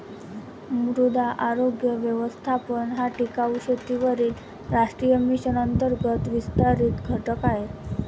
मृदा आरोग्य व्यवस्थापन हा टिकाऊ शेतीवरील राष्ट्रीय मिशन अंतर्गत विस्तारित घटक आहे